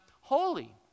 holy